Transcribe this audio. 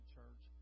church